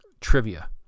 trivia